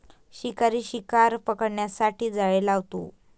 शिकारी शिकार पकडण्यासाठी जाळे लावतो